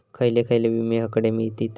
खयले खयले विमे हकडे मिळतीत?